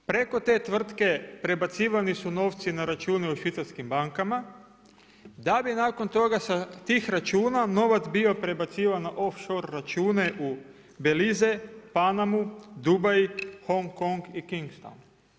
Preko te tvrtke prebacivani su novci na račune u švicarskim bankama, da bi nakon toga sa tih računa novac bio prebacivan na off shore račune u Belize, Panamu, Dubai, Hong Kong i Kingston.